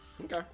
Okay